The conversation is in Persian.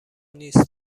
نیست